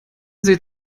seht